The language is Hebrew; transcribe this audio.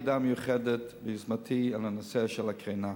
יחידה מיוחדת לנושא הקרינה.